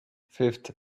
fifth